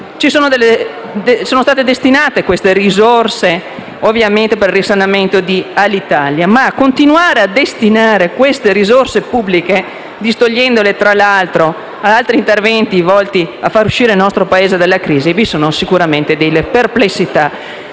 sono state destinate per il risanamento di Alitalia, ma continuare a destinare ulteriori risorse pubbliche, distogliendole, tra l'altro, da altri interventi volti a far uscire il nostro Paese dalla crisi, crea sicuramente delle perplessità